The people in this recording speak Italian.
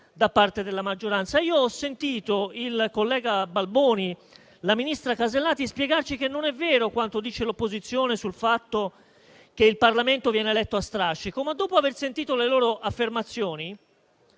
da parte della maggioranza. Io ho sentito il collega Balboni ed il ministro Alberti Casellati spiegarci che non è vero quanto dice l'opposizione sul fatto che il Parlamento viene eletto a strascico. Ma dopo aver sentito le loro affermazioni,